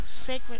sacred